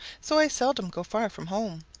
so i seldom go far from home.